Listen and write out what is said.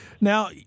Now